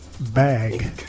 Bag